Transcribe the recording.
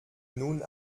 nun